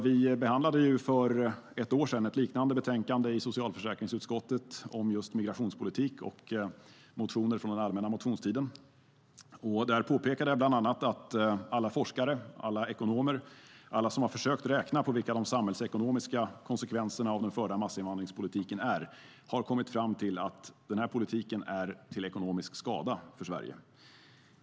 Vi behandlade för ett år sedan ett liknande betänkande i socialförsäkringsutskottet, om just migrationspolitik med anledning av motioner från allmänna motionstiden. Då påpekade jag bland annat att alla forskare och alla ekonomer - alla som har försökt räkna på vilka de samhällsekonomiska konsekvenserna av den förda massinvandringspolitiken är - har kommit fram till att den här politiken är till ekonomisk skada för Sverige.